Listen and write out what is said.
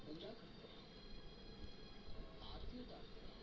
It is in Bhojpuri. कउनो सामान पर या उत्पाद पर जादा टैक्स वसूल कइले क विरोध करना टैक्स रेजिस्टेंस हउवे